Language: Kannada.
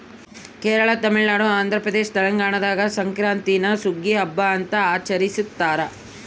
ಕೇರಳ ತಮಿಳುನಾಡು ಆಂಧ್ರಪ್ರದೇಶ ತೆಲಂಗಾಣದಾಗ ಸಂಕ್ರಾಂತೀನ ಸುಗ್ಗಿಯ ಹಬ್ಬ ಅಂತ ಆಚರಿಸ್ತಾರ